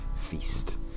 feast